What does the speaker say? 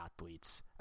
athletes